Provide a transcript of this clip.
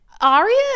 Aria